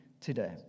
today